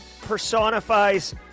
personifies